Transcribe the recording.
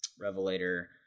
Revelator